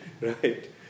right